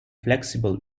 flexible